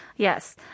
Yes